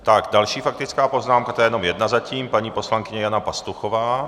Tak další faktická poznámka, to je jenom jedna zatím, paní poslankyně Jana Pastuchová.